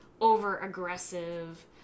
over-aggressive